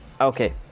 okay